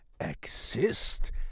exist